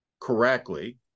correctly